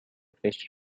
fish